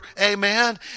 amen